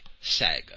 saga